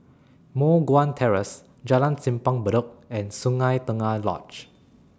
Moh Guan Terrace Jalan Simpang Bedok and Sungei Tengah Lodge